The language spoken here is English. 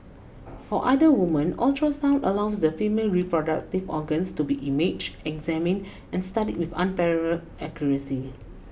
for other women ultrasound allows the female reproductive if organs to be imaged examined and studied with unparalleled accuracy